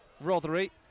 Rothery